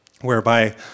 whereby